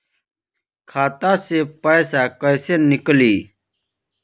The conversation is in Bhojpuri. खाता से पैसा कैसे नीकली?